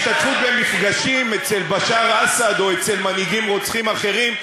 השתתפות במפגשים אצל בשאר אסד או אצל מנהיגים רוצחים אחרים,